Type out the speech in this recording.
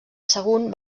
sagunt